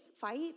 fight